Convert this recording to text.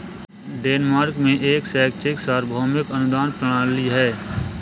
Denmark में एक शैक्षिक सार्वभौमिक अनुदान प्रणाली है